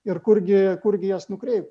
ir kurgi kurgi jas nukreipt